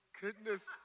goodness